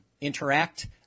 interact